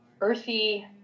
earthy